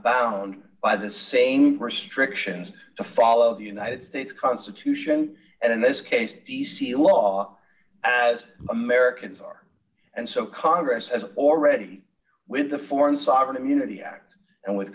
bound by the same restrictions to follow the united states constitution and in this case d c law as americans are and so congress has already with the foreign sovereign immunity act and with